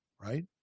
Right